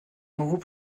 regroupe